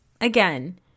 again